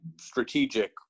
strategic